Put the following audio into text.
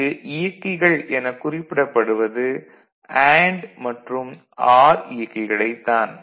இங்கு இயக்கிகள் எனக் குறிப்பிடப்படுவது அண்டு மற்றும் ஆர் இயக்கிகளைத் தான்